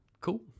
Cool